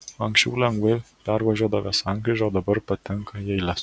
anksčiau lengvai pervažiuodavę sankryžą o dabar patenka į eiles